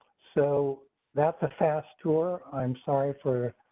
so that's a fast tour. i'm sorry for.